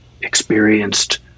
experienced